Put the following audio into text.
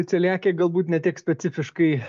celiakija galbūt ne tiek specifiškai